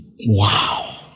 Wow